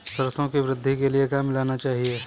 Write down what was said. सरसों की वृद्धि के लिए क्या मिलाना चाहिए?